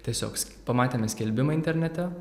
tiesiog pamatėme skelbimą internete